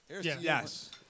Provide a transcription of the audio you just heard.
Yes